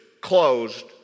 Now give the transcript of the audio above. closed